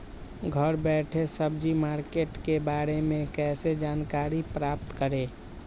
घर बैठे सब्जी मार्केट के बारे में कैसे जानकारी प्राप्त करें?